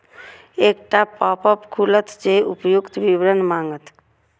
एकटा पॉपअप खुलत जे उपर्युक्त विवरण मांगत